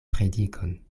predikon